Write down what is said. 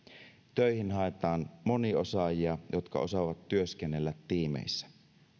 töihin haetaan moniosaajia jotka osaavat työskennellä tiimeissä